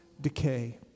decay